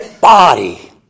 body